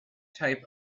type